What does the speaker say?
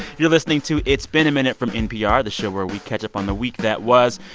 you're listening to it's been a minute from npr, the show where we catch up on the week that was.